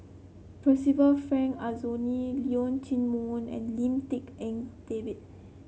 Percival Frank Aroozoo Leong Chee Mun and Lim Tik En David